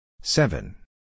Seven